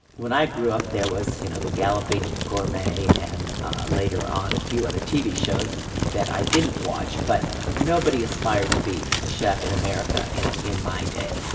when i grew up there was you know the galloping gourmet. and later on, a few other tv shows that i didn't watch, but nobody aspired to be a chef in america in in my day.